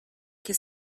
que